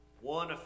one